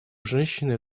женщины